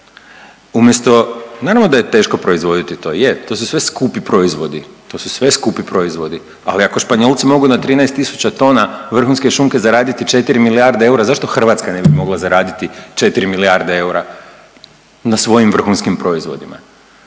Umjesto, naravno da je teško proizvoditi to, je, to su sve skupi proizvodi, to su sve skupi proizvodi, ali ako Španjolci mogu na 13 tisuća tona vrhunske šunke zaraditi 4 milijarde eura, zašto Hrvatska ne bi mogla zaraditi 4 milijarde eura na svojim vrhunskim proizvodima,